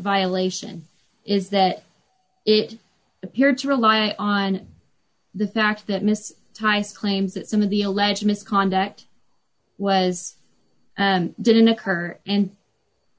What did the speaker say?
violation is that it appeared to rely on the fact that mr tice claims that some of the alleged misconduct was and didn't occur and